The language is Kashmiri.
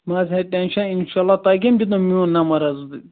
مَہ حظ ہیٚیِو ٹٮ۪نٛشن اِنشاللہ تۄہہِ کٔمۍ دیُت نو میٛون نمبر حظ